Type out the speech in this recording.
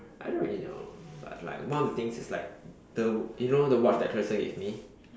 I don't really know but like one of the things is like the you know the watch that Clarissa gave me